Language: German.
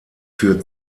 für